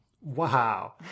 Wow